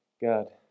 God